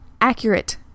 Accurate